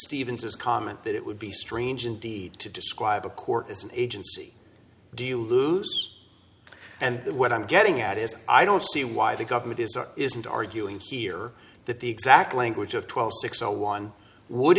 stevens is comment that it would be strange indeed to describe a court as an agency do you lose and that what i'm getting at is i don't see why the government is or isn't arguing here that the exact language of twelve six zero one would